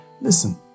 Listen